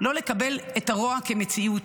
לא לקבל את הרוע כמציאות,